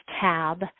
tab